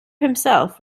himself